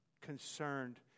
concerned